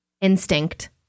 Instinct